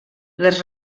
les